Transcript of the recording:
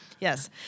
Yes